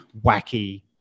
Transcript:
wacky